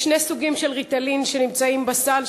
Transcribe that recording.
יש שני סוגים של "ריטלין" שנמצאים בסל,